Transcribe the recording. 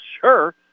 sure